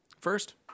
First